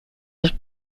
was